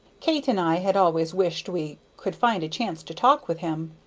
kate and i had always wished we could find a chance to talk with him.